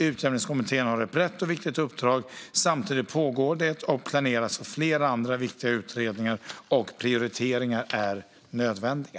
Utjämningskommittén har ett brett och viktigt uppdrag. Samtidigt pågår det och planeras för flera andra viktiga utredningar, och prioriteringar är nödvändiga.